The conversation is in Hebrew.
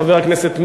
חבר הכנסת ליצמן,